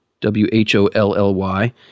W-H-O-L-L-Y